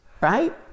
right